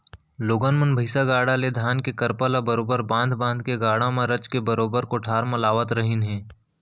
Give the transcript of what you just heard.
लोगन मन भईसा गाड़ा ले धान के करपा ल बरोबर बांध बांध के गाड़ा म रचके बरोबर कोठार म लावत रहिन हें